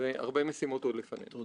תודה, אדוני היושב-ראש.